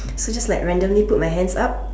so I just randomly put my hands up